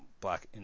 black